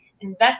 invest